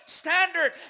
standard